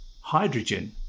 hydrogen